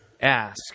Ask